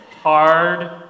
Hard